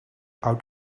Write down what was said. out